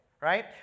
right